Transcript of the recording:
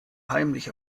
heimlich